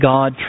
God